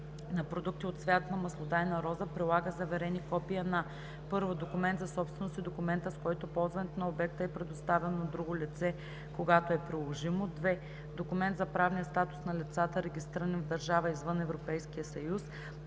на продукти от цвят на маслодайна роза прилага заверени копия на: 1. документ за собственост и документа, с който ползването на обекта е предоставено на друго лице – когато е приложимо; 2. документ за правния статус на лицата, регистрирани в държава извън Европейския съюз;